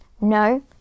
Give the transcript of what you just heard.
No